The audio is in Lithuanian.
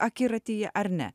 akiratyje ar ne